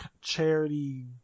charity